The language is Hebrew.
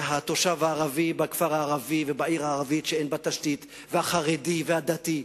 התושב הערבי בכפר הערבי ובעיר הערבית שאין בה תשתית והחרדי והדתי,